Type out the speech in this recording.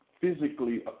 physically